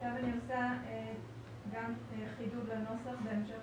אני עושה חידוד לנוסח, בהמשך